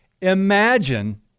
imagine